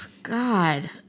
God